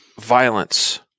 violence